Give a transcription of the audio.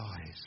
eyes